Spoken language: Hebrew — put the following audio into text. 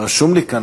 רשום לי כאן,